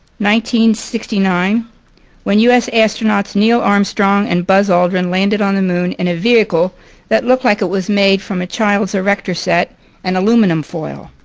sixty nine when u s. astronauts neil armstrong and buzz aldrin landed on the moon in a vehicle that looked like it was made from a child's erector set and aluminum foil